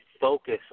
focus